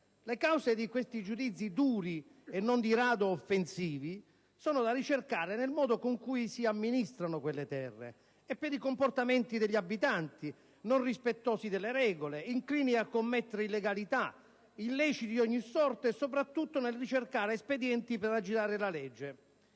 Le cause di giudizi duri, e non di rado offensivi, sono da ricercare nel modo con cui si amministrano quelle terre e nei comportamenti degli abitanti, non rispettosi delle regole, inclini a commettere illegalità e illeciti di ogni sorta e soprattutto alla ricerca di espedienti per raggirare la legge.